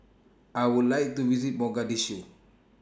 I Would like to visit Mogadishu